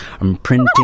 imprinting